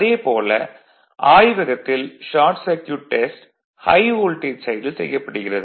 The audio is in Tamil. அதே போல் ஆய்வகத்தில் short circuit test high voltage சைடில் செய்யப்படுகிறது